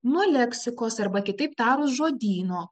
nuo leksikos arba kitaip tarus žodyno